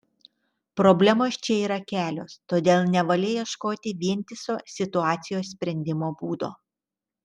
problemos čia yra kelios todėl nevalia ieškoti vientiso situacijos sprendimo būdo